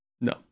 No